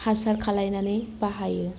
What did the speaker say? हासार खालामनानै बाहायो